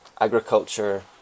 agriculture